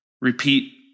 repeat